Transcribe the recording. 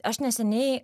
aš neseniai